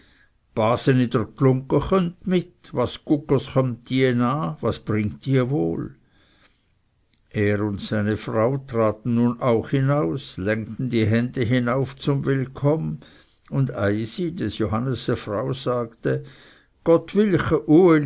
mit was guggers kömmt die an was bringt die wohl er und seine frau traten nun auch hinaus längten die hände hinauf zum willkomm und eisi des johannese frau sagte gottwillche